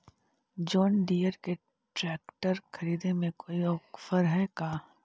जोन Deere के tractor खरिदे में कोई औफर है का?